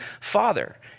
father